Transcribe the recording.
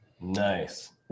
Nice